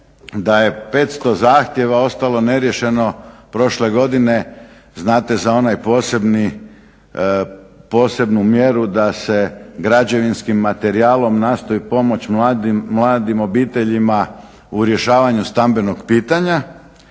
da je 500 zahtjeva ostalo neriješeno prošle godine znate za onu posebnu mjeru da se građevinskim materijalom nastoji pomoći mladim obiteljima u rješavanju stambenog pitanja.